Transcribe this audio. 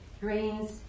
grains